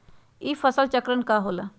ई फसल चक्रण का होला?